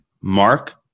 Mark